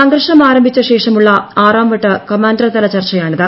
സംഘർഷം ആരംഭിച്ച ശേഷമുള്ള ആറാം വട്ട കമാൻഡർതല ചർച്ചയാണിത്